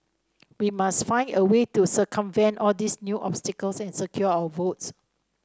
we must find a way to circumvent all these new obstacles and secure our votes